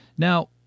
Now